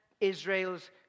Israel's